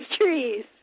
trees